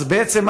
אז בעצם,